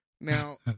Now